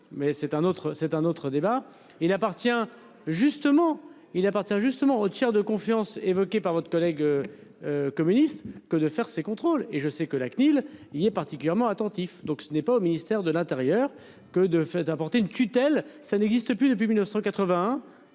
appartient justement il appartient justement au tiers de confiance, évoquée par votre collègue. Communiste que de faire ces contrôles et je sais que la CNIL. Il est particulièrement attentif, donc ce n'est pas au ministère de l'Intérieur que de fait apporter une tutelle ça n'existe plus depuis 1981.